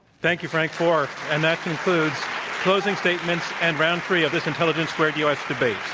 thank you, frank foer. and that concludes closing statements and round three of this intelligence squared u. s. debate.